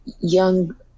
young